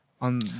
on